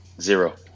Zero